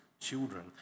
children